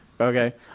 Okay